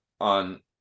on